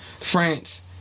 France